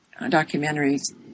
documentaries